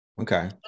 okay